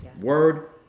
Word